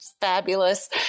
fabulous